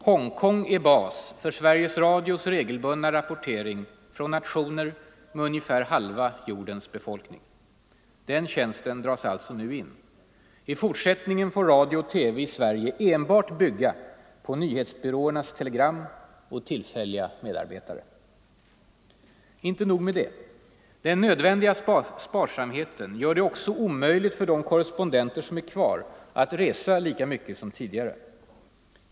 Hongkong är basen för Sveriges Radios regelbundna rapportering från nationer med ungefär halva jordens befolkning. Den tjänsten dras alltså nu in. I fortsättningen får radio och TV i Sverige enbart bygga på nyhetsbyråernas telegram och tillfälliga medarbetare. Inte nog med det. Den nödvändiga sparsamheten gör det också omöjligt för de korrespondenter som är kvar att resa lika mycket som tidigare.